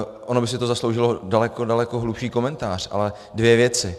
Ono by si to zasloužilo daleko, daleko hlubší komentář, ale dvě věci.